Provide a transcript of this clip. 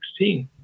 2016